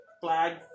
flag